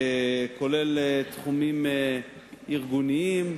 לרבות תחומים ארגוניים,